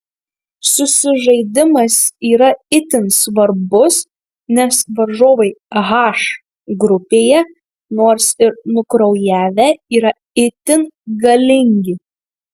susižaidimas yra itin svarbus nes varžovai h grupėje nors ir nukraujavę yra itin galingi